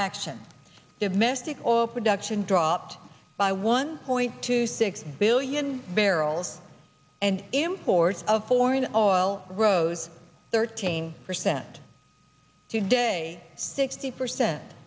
action domestic oil production dropped by one point two six billion barrels and imports of foreign oil rose thirteen percent today sixty percent